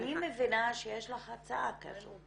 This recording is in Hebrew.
אני מבינה שיש לך הצעה כזו,